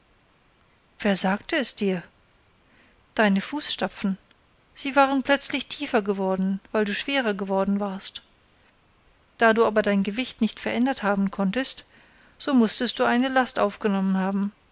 sagte es dir deine fußstapfen sie waren plötzlich tiefer geworden weil du schwerer geworden warst da du aber dein gewicht nicht verändert haben konntest so mußtest du eine last aufgenommen haben